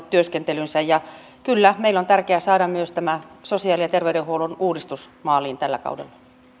työskentelynsä ja kyllä meille on tärkeää saada myös tämä sosiaali ja terveydenhuollon uudistus maaliin tällä kaudella